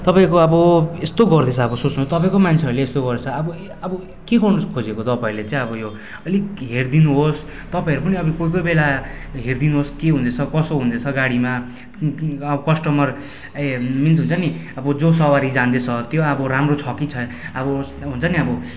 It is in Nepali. तपाईँको अब यस्तो गर्दैछ अब सोच्नु तपाईँको मान्छेहरूले यस्तो गर्छ अब अब के गर्नु खोजेको तपाईँहरूले चाहिँ अब यो अलिक हेरिदिनुहोस् तपाईँहरू पनि अब कोही कोही बेला हेरिदिनुहोस् के हुँदैछ कसो हुँदैछ गाडीमा कस्टोमर ए मिन्स हुन्छ नि अब जो सवारी जाँदैछ त्यो अब राम्रो छ कि छैन अब हुन्छ नि अब